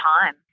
time